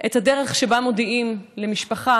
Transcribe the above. את הדרך שבה מודיעים למשפחה,